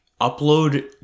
upload